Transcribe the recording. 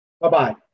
Bye-bye